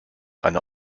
einer